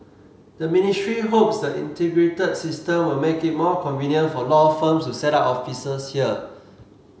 the ministry hopes the integrated system will make it more convenient for law firms to set up offices here